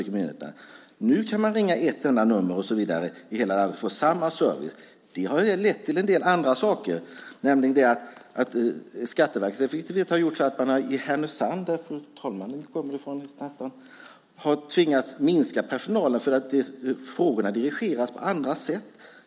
Nu kan man ringa ett enda nummer i hela landet och få samma service. Det har lett till en del andra saker. Skatteverkets effektivitet har gjort så att man i Härnösand - inte långt ifrån där fru talmannen kommer ifrån - har tvingats minska personalen eftersom frågorna dirigeras på andra sätt.